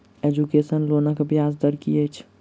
Education लोनक ब्याज दर की अछि?